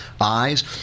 eyes